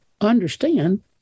understand